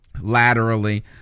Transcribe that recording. laterally